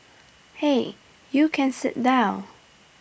hey you can sit down